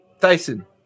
Tyson